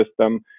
system